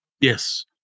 Yes